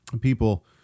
people